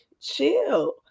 chill